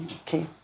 okay